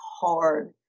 hard